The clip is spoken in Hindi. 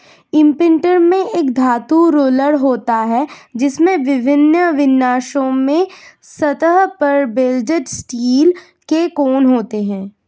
इम्प्रिंटर में एक धातु रोलर होता है, जिसमें विभिन्न विन्यासों में सतह पर वेल्डेड स्टील के कोण होते हैं